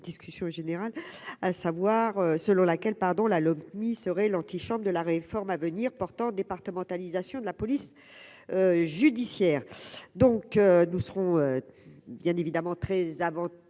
discussion générale, à savoir, selon laquelle, pardon, la Lopmi serait l'antichambre de la réforme à venir portant départementalisation de la police judiciaire, donc nous serons. Bien évidemment très avant